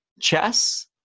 chess